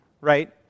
right